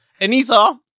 Anita